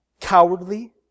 Cowardly